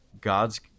God's